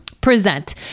present